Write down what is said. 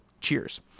Cheers